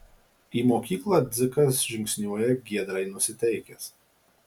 į mokyklą dzikas žingsniuoja giedrai nusiteikęs